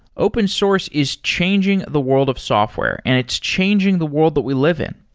open source is changing the world of software and it's changing the world that we live in.